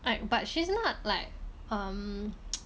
like but she's not like um